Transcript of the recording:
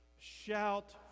Shout